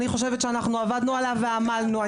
עבדנו עליה ועמלנו,